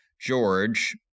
george